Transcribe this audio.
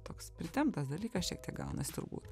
toks pritemptas dalykas šiek tiek gaunasi turbūt